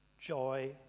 joy